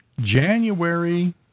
January